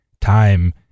time